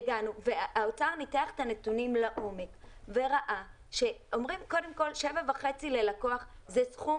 והאוצר ניתח את הנתונים לעומק וראה שאומרים קודם כל 7,5 ללקוח - זה סכום